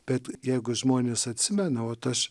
bet jeigu žmonės atsimena o vat aš